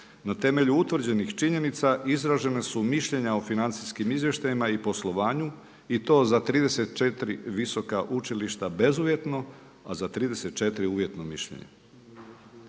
na temelju utvrđenih činjenica izražena su mišljenja o financijskim izvještajima i poslovanju i to za 34 visoka učilišta bezuvjetno, a za 34 uvjetno mišljenje.